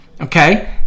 okay